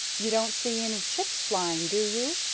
you don't see any chips flying, do you?